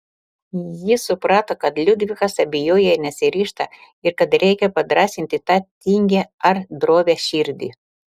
ji suprato kad liudvikas abejoja nesiryžta ir kad reikia padrąsinti tą tingią ar drovią širdį